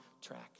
track